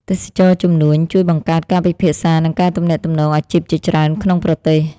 ទេសចរណ៍ជំនួញជួយបង្កើតការពិភាក្សា និងការទំនាក់ទំនងអាជីពជាច្រើនក្នុងប្រទេស។